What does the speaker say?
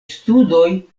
studoj